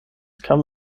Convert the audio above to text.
kam